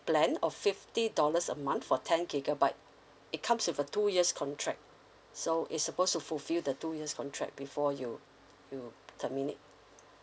plan of fifty dollars a month for ten gigabyte it comes with a two years contract so is suppose to fulfill the two years contract before you you terminate